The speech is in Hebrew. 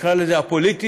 נקרא לזה "הפוליטי",